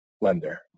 lender